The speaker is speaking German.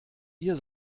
ihr